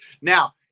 Now